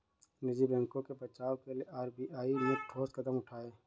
निजी बैंकों के बचाव के लिए आर.बी.आई ने ठोस कदम उठाए